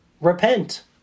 Repent